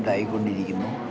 ഉണ്ടായി കൊണ്ടിരിക്കുന്നു